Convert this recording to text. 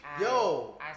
Yo